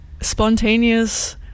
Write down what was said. spontaneous